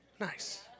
nice